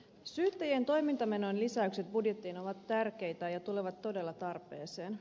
syyttäjien toimintamenojen lisäykset budjettiin ovat tärkeitä ja tulevat todella tarpeeseen